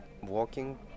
walking